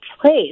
place